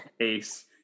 Ace